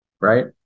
right